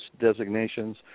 designations